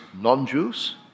non-Jews